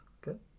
good